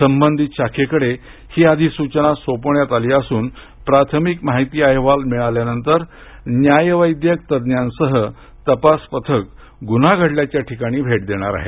संबधित शाखेकडे ही अधिसूचना सोपवण्यात आली असून प्राथमिक माहिती अहवाल मिळाल्यानंतर न्यायवैद्यक तज्ञांसह तपास पथक गुन्हा घडल्याच्या ठिकाणाला भेट देणार आहे